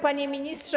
Panie Ministrze!